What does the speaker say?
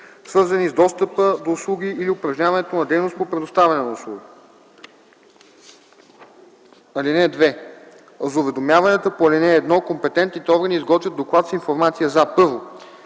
свързани с достъпа до услуги или упражняването на дейност по предоставяне на услуги. (2) За уведомяването по ал. 1, компетентните органи изготвят доклад с информация за: 1.